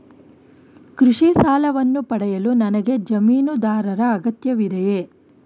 ಕೃಷಿ ಸಾಲವನ್ನು ಪಡೆಯಲು ನನಗೆ ಜಮೀನುದಾರರ ಅಗತ್ಯವಿದೆಯೇ?